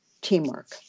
teamwork